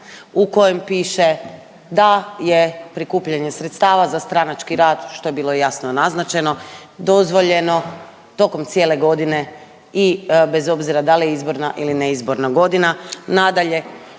u kojem piše da je prikupljanje sredstava za stranački rad, što je bilo jasno naznačeno, dozvoljeno tokom cijele godine i bez obzira da li je izborna ili ne izborna godina. Nadalje,